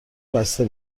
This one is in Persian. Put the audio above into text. بسته